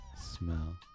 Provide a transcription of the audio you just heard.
smell